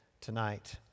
tonight